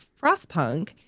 Frostpunk